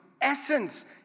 essence